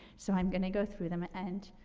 so i'm gonna go through them, and,